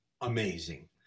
amazing